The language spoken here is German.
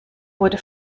wurde